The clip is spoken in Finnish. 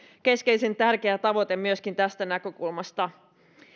keskeisen tärkeä tavoite myöskin tästä näkökulmasta